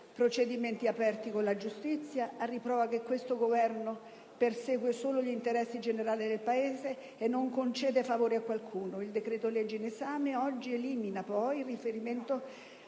procedimenti aperti con la giustizia, a riprova che questo Governo persegue solo gli interessi generali del Paese e non concede favori a qualcuno. Il decreto‑legge in esame oggi elimina poi il riferimento